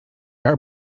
are